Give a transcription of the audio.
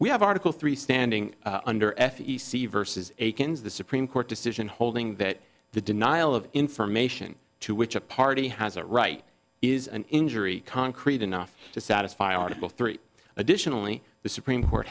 we have article three standing under f e c versus akins the supreme court decision holding that the denial of information to which a party has a right is an injury concrete enough to satisfy article three additionally the supreme court